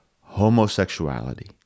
homosexuality